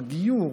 בגיור,